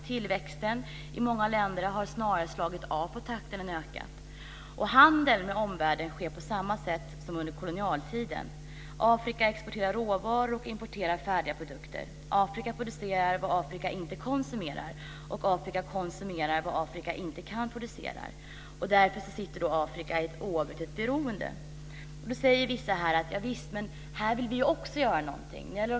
Tillväxten har i många av länderna snarare slagit av på takten än ökat. Handeln med omvärlden sker på samma sätt som under kolonialtiden. Afrika exporterar råvaror och importerar färdiga produkter. Afrika producerar vad Afrika inte konsumerar, och Afrika konsumerar vad Afrika inte kan producera. Därför sitter Afrika i ett oavbrutet beroende. Vissa säger: Javisst, men här vill vi också göra någonting!